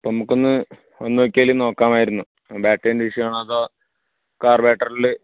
അപ്പോള് നമുക്കൊന്ന് വന്നുനോക്കിയാല് നോക്കാമായിരുന്നു ബാറ്റെറീൻ്റെ ഇഷ്യൂ ആണോ അതോ കാർ ബാറ്ററിയില്